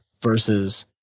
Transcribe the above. versus